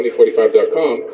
2045.com